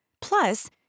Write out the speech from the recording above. Plus